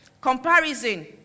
Comparison